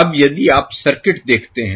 अब यदि आप सर्किट देखते हैं